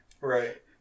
Right